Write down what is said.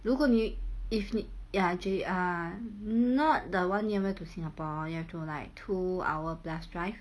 如果你 if 你 ya J ah not the one nearer to singapore you have to like two hour plus drive